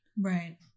Right